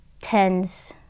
tens